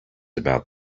about